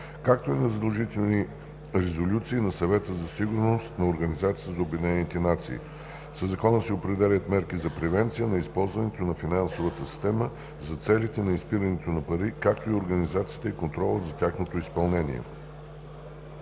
както и на задължителни резолюции на Съвета за сигурност на Организацията на обединените нации. Със Закона се определят мерки за превенция на използването на финансовата система за целите на изпирането на пари, както и организацията и контролът по тяхното изпълнение.